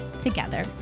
together